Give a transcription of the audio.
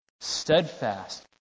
Steadfast